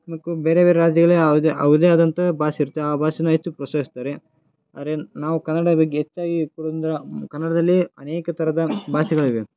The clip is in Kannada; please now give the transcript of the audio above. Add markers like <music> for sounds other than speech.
ಮತ್ತು ಬೇರೆ ಬೇರೆ ರಾಜ್ಯಗಳಿಗೆ ಅವುದೇ ಅವ್ರದ್ದೇ ಆದಂಥ ಭಾಷೆ ಇರತ್ತೆ ಆ ಭಾಷೆನ ಹೆಚ್ಚು ಪ್ರೋತ್ಸಾಹಿಸ್ತಾರೆ ಆದ್ರೆ ನಾವು ಕನ್ನಡ ಬಗ್ಗೆ ಹೆಚ್ಚಾಗಿ <unintelligible> ಕನ್ನಡದಲ್ಲೇ ಅನೇಕ ಥರದ ಭಾಷೆಗಳಿವೆ